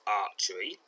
archery